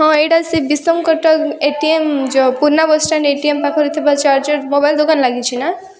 ହଁ ଏଇଟା ସେ ବିଷମ କଟକ ଏ ଟି ଏମ୍ ଯେଉଁ ପୁରୁଣା ବସଷ୍ଟାଣ୍ଡ ଏ ଟି ଏମ୍ ପାଖରେ ଥିବା ଚାର୍ଜର୍ ମୋବାଇଲ ଦୋକାନ ଲାଗିଛି ନା